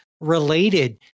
related